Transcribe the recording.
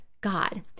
god